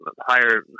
higher